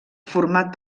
format